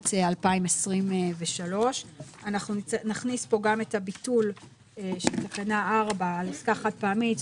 במרץ 2023. נכניס פה גם את הביטול של תקנה 4 על עסקה חד-פעמית,